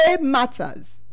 matters